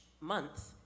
month